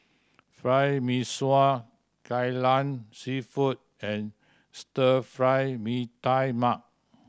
Fried Mee Sua Kai Lan Seafood and Stir Fried Mee Tai Mak